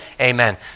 amen